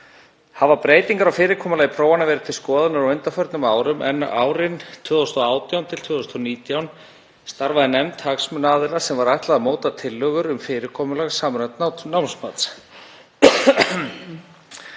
Hafa breytingar á fyrirkomulagi prófanna verið til skoðunar á undanförnum árum en árin 2018–2019 starfaði nefnd hagsmunaaðila sem var ætlað að móta tillögur um fyrirkomulag samræmds námsmats.